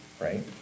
right